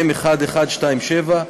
מ/1127.